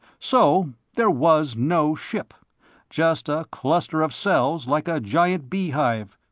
so there was no ship just a cluster of cells like a giant bee hive,